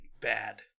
bad